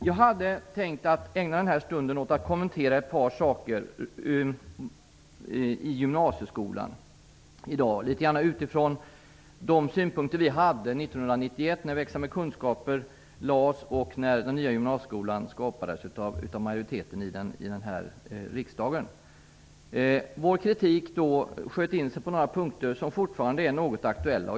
Jag hade tänkt ägna den här stunden åt att kommentera ett par saker om gymnasieskolan i dag utifrån de synpunkter vi hade 1991, när propositionen Växa med kunskaper lades fram och den nya gymnasieskolan skapades av en majoritet i riksdagen. Vår kritik rörde i huvudsak några punkter som fortfarande är något aktuella.